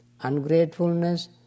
ungratefulness